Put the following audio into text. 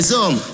Zoom